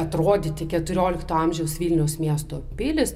atrodyti keturiolikto amžiaus vilniaus miesto pilys